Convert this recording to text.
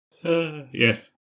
yes